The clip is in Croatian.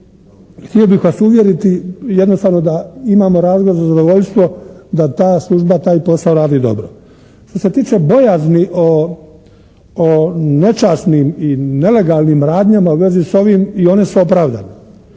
Htio bih vas uvjeriti jednostavno da imamo razloga za zadovoljstvo da ta služba, taj posao radi dobro. Što se tiče bojazni o nečasnim i nelegalnim radnjama u vezi s ovim i one su opravdane.